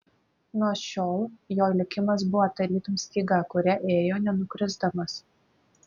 nuo šiol jo likimas buvo tarytum styga kuria ėjo nenukrisdamas